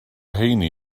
rheiny